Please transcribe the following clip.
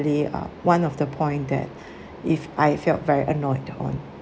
uh one of the point that if I felt very annoyed on